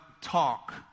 talk